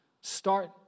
start